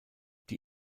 die